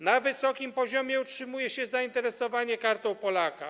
Na wysokim poziomie utrzymuje się zainteresowanie Kartą Polaka.